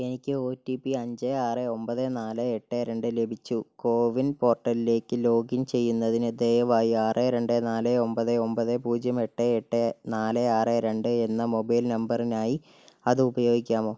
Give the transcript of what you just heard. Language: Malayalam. എനിക്ക് ഒ ടി പി അഞ്ച് ആറ് ഒൻപത് നാല് എട്ട് രണ്ട് ലഭിച്ചു കോവിൻ പോർട്ടലിലേക്ക് ലോഗിൻ ചെയ്യുന്നതിന് ദയവായി ആറ് രണ്ട് നാല് ഒൻപത് ഒൻപത് പൂജ്യം എട്ട് എട്ട് നാല് ആറ് രണ്ട് എന്ന മൊബൈൽ നമ്പറിനായി അത് ഉപയോഗിക്കാമോ